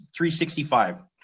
365